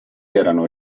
erano